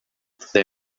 they